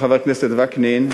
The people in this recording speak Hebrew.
חבר הכנסת וקנין,